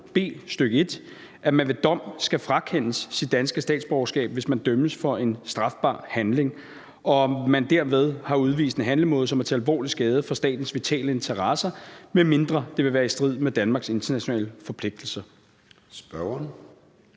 1, at man ved dom skal frakendes sit danske statsborgerskab, hvis man dømmes for en strafbar handling og man derved har udvist en handlemåde, som er til alvorlig skade for statens vitale interesser, medmindre det vil være i strid med Danmarks internationale forpligtelser.